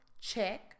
check